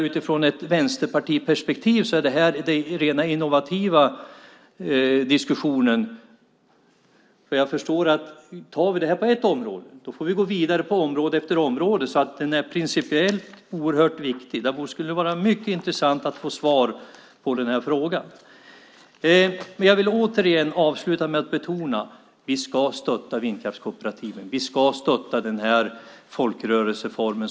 Utifrån ett vänsterpartiperspektiv är detta rena innovativa diskussionen. Tar vi det på ett område får vi gå vidare på område efter område, så frågan är principiellt oerhört viktig. Det skulle vara mycket intressant att få svar på denna fråga. Jag vill avsluta med att återigen betona att vi ska stötta vindkraftskooperativen. Vi ska stötta denna folkrörelseform.